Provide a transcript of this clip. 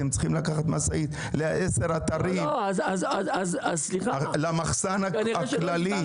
צריכים לקחת משאית לעשרה אתרים ולמחסן המרכזי.